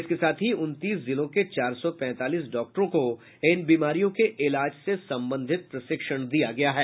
इसके साथ ही उनतीस जिलों के चार सौ पैंतालीस डॉक्टरों को इन बीमारियों के इलाज से संबंधित प्रशिक्षण दिया गया है